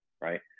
right